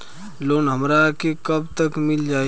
Loan हमरा के कब तक मिल जाई?